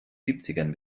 siebzigern